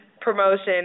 promotion